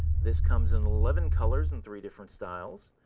this comes in eleven colors and three different styles.